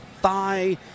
thigh